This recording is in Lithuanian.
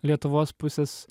lietuvos pusės